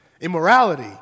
immorality